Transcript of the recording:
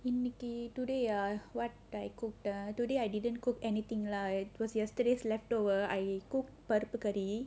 nicky today uh what I cook ah today ah I didn't cook anything like was yesterday's leftover I cooked a pot of curry